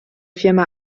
firma